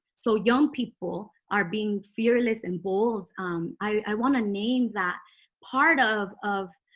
so young people are being fearless and bold um, i i want to name that part of of